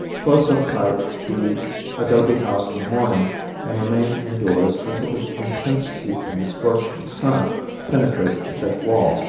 close up tight the adobe house in the morning and remain indoors until the intense heat from the scorching sun penetrates the thick walls,